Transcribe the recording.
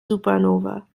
supernova